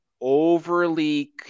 overly